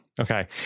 Okay